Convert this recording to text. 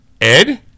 Ed